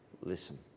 Listen